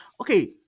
okay